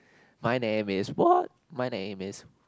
my name is what my name is